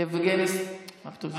עודד פורר,